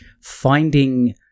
finding